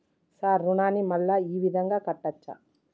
Sir రుణాన్ని మళ్ళా ఈ విధంగా కట్టచ్చా?